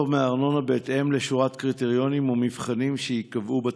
מארנונה בהתאם לשורת קריטריונים ומבחנים שייקבעו בתקנות.